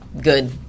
good